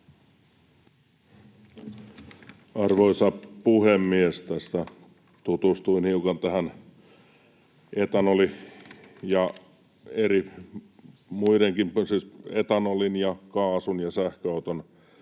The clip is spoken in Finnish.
Arvoisa puhemies! Tässä tutustuin hiukan tähän etanolin ja kaasun ja sähköauton